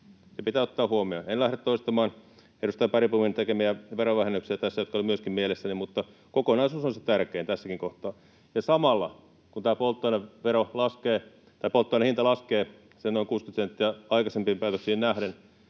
se pitää ottaa huomioon. En lähde tässä toistamaan edustaja Bergbomin tekemiä verovähennyksiä, jotka myöskin olivat mielessäni, mutta kokonaisuus on se tärkein tässäkin kohtaa. Ja samalla, kun polttoaineen hinta laskee sen noin 60 senttiä aikaisempiin päätöksiin nähden,